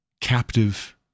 captive